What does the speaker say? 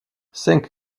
cinq